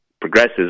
progresses